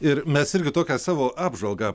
ir mes irgi tokią savo apžvalgą